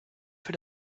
für